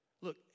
look